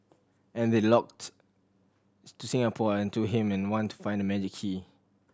and they locked to Singapore and to him and wanted to find that magic key